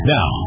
Now